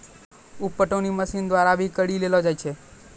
उप पटौनी मशीन द्वारा भी करी लेलो जाय छै